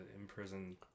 imprison